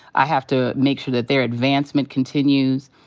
i have to make sure that their advancement continues.